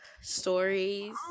stories